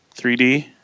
3D